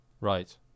Right